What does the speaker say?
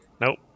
Nope